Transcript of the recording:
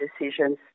decisions